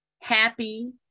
happy